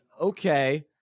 Okay